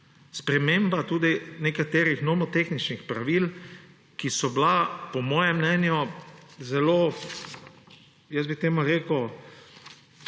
spremembo tudi nekaterih nomotehničnih pravil, ki so bila po mojem mnenju zelo, jaz bi temu rekel,